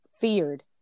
feared